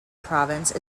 province